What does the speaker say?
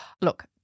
Look